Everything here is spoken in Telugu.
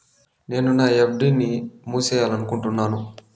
నేను నా ఎఫ్.డి ని మూసేయాలనుకుంటున్నాను